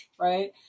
right